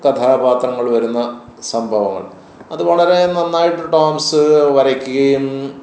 കഥാപാത്രങ്ങൾ വരുന്ന സംഭവങ്ങൾ അതു വളരെ നന്നായിട്ട് ടോംസ് വരക്കുകയും